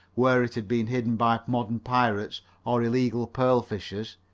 where it had been hidden by modern pirates or illegal pearl fishers,